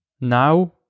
Now